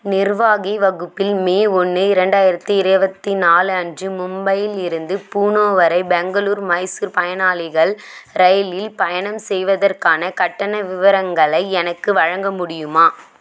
நிர்வாகி வகுப்பில் மே ஒன்று இரண்டாயிரத்தி இருபத்தி நாலு அன்று மும்பையில் இருந்து பூனோ வரை பெங்களூர் மைசூர் பயனாளிகள் ரயிலில் பயணம் செய்வதற்கான கட்டண விவரங்களை எனக்கு வழங்க முடியுமா